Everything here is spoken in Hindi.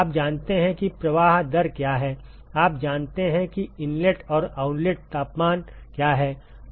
आप जानते हैं कि प्रवाह दर क्या हैंआप जानते हैं कि इनलेट और आउटलेट तापमान क्या हैं